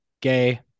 gay